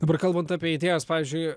dabar kalbant apie idėjos pavyzdžiui